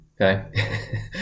Okay